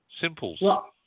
Simple